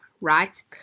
right